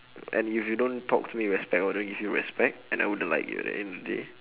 and if you don't talk to me with respect I don't give you respect and I wouldn't like you at the end of the day